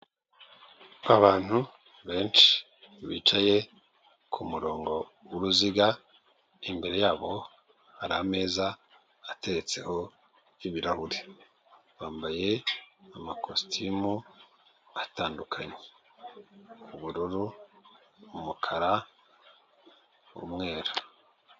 Abantu benshi bicaye k'umurongo w'uruziga, imbere yabo hari ameza atetseho y'ibirahure, bambaye amakositimu atandukanye ubururu, umukara, umweru.